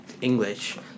English